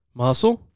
muscle